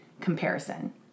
comparison